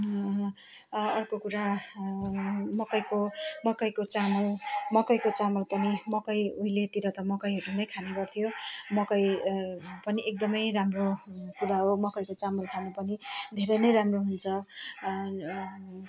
अर्को कुरा मकैको मकैको चामल मकैको चामल पनि मकै उहिलेतिर त मकैहरू नै खाने गर्थ्यो मकै पनि एकदमै राम्रो कुरा हो मकैको चामल खान पनि धेरै नै राम्रो हुन्छ